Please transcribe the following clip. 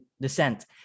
descent